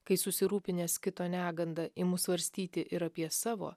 kai susirūpinęs kito neganda imu svarstyti ir apie savo